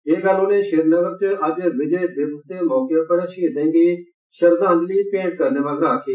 एह गल्ल उनें श्रीनगर च अज्ज विजय दिवस दे मौके पर शहीदें गी श्रद्वांजलि भैंट करने मगरा आक्खी